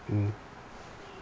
mm